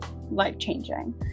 life-changing